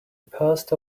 passed